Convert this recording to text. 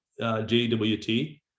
JWT